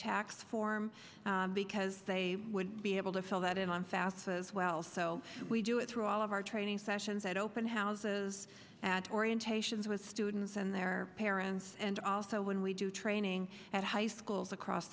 tax form because they would be able to fill that in on fast as well so we do it through all of our training sessions at open houses and orientations with students and their parents and also when we do training at high schools across